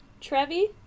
trevi